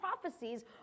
prophecies